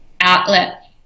outlet